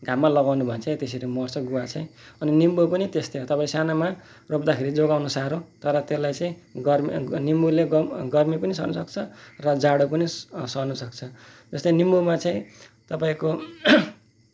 घाममा लाउनु भयो भने चाहिँ त्यसरी मर्छ गुवा चाहिँ अनि निम्बू पनि त्यस्तै हो तपाईँले सानोमा रोप्दाखेरि जोगाउनु साह्रो तर त्यसलाई चाहिँ गर निम्बूले गर्मी पनि सहनुसक्छ र जाडो पनि सहनुसक्छ जस्तै निम्बूमा चाहिँ जस्तै तपाईँको